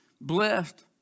blessed